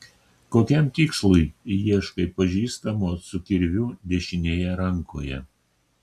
kokiam tikslui ieškai pažįstamo su kirviu dešinėje rankoje